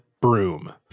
broom